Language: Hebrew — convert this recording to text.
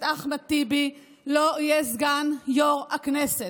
אחמד טיבי לא יהיה סגן יו"ר הכנסת.